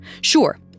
Sure